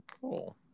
Cool